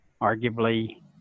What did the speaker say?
arguably